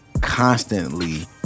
constantly